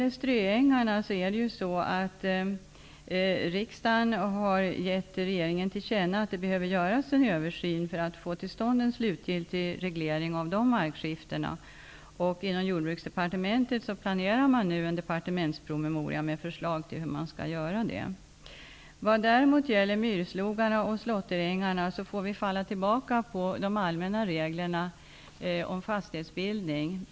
Riksdagen har när det gäller ströängarna gett regeringen till känna att det behöver göras en översyn för att få till stånd en slutgiltig reglering av markskiftena. Inom Jordbruksdepartementet planerar man nu en departementspromemoria med förslag till hur detta skall genomföras. Vad däremot gäller myrslogarna och slåtterängarna får vi falla tillbaka på de allmänna reglerna om fastighetsbildning.